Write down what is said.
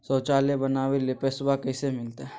शौचालय बनावे ले पैसबा कैसे मिलते?